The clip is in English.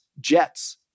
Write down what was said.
jets